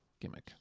gimmick